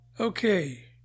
Okay